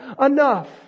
enough